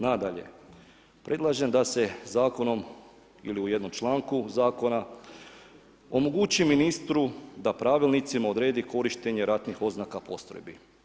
Nadalje, predlažem da se zakonom ili u jednom članku zakona omogući ministru da pravilnicima odredi korištenje ratnih oznaka postrojbi.